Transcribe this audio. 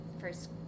first